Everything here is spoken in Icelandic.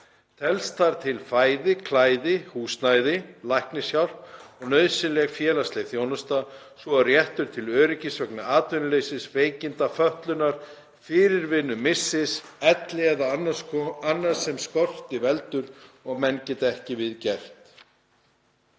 Telst þar til fæði, klæði, húsnæði, læknishjálp og nauðsynleg félagsleg þjónusta, svo og réttur til öryggis vegna atvinnuleysis, veikinda, fötlunar, fyrirvinnumissis, elli eða annars sem skorti veldur og menn geta ekki við gert.“